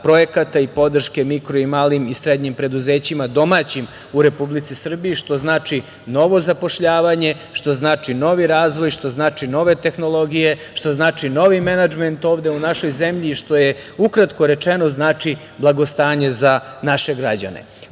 projekata i podrške mikro, malim i srednjim preduzećima domaćim u Republici Srbiji, što znači novo zapošljavanje, što znači novi razvoj, što znači nove tehnologije, što znači novi menadžment ovde u našoj zemlji, što ukratko rečeno znači blagostanje za naše građane. Pored